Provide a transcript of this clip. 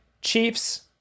Chiefs